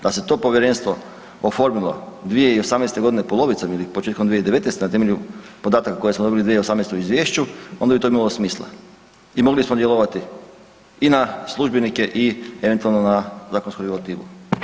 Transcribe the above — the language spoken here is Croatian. Da se to povjerenstvo oformilo 2018. godine polovicom ili početkom 2019. na temelju podataka koje smo dobili 2018. u izvješću onda bi to imalo smisla i mogli smo djelovati i na službenike i eventualno na zakonsku regulativu.